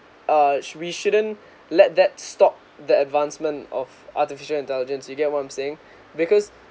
uh we shouldn't let that stop the advancement of artificial intelligence you get what I'm saying because